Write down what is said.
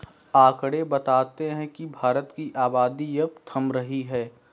आकंड़े बताते हैं की भारत की आबादी अब थम रही है